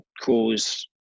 cause